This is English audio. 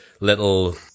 little